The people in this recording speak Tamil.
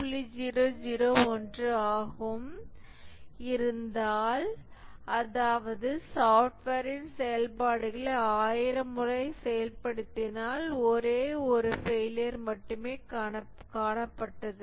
001 ஆக இருந்தால் அதாவது சாப்ட்வேரின் செயல்பாடுகளை 1000 முறை செயல்படுத்தினால் ஒரே ஒரு ஃபெயிலியர் மட்டுமே காணப்பட்டது